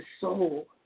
soul